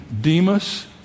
Demas